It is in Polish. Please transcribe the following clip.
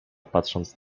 patrząc